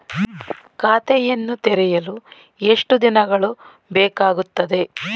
ಖಾತೆಯನ್ನು ತೆರೆಯಲು ಎಷ್ಟು ದಿನಗಳು ಬೇಕಾಗುತ್ತದೆ?